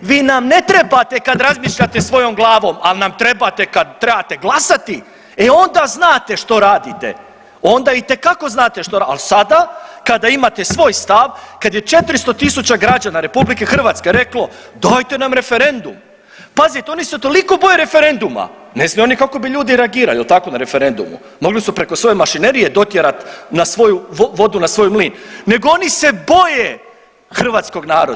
vi nam ne trebate kad razmišljate svojom glavom ali nam trebate kad trebate glasati, e onda znate što radite, onda itekako znate što radite, ali sada kada imate svoj stav, kad je 400 000 građana RH reklo dajte nam referendum, pazite, oni se toliko boje referenduma ne znaju oni kako bi ljudi reagirali, jel tako, na referendumu, mogli su preko svoje mašinerije dotjerati vodu na svoj mlin, nego oni se boje hrvatskog naroda.